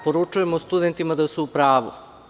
Poručujemo studentima da su u pravu.